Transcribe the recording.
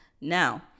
Now